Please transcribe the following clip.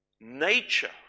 nature